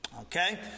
Okay